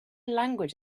language